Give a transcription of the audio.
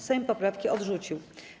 Sejm poprawki odrzucił.